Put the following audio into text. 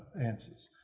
answers.